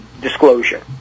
disclosure